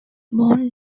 born